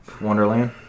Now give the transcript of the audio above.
Wonderland